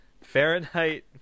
Fahrenheit